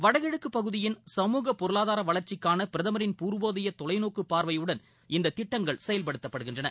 வடகிழக்குப் பகுதியின் சமூக பொருளாதார வளர்ச்சிக்கான பிரதமின் பூர்வோதய தொலைநோக்கு பார்வையுடன் இந்த திட்டங்கள் செயல்படுத்தப்படுகின்றன